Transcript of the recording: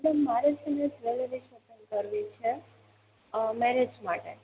ma'am મારે છે ને જવેલરી શોપિંગ કરવી છે મેરેજ માટે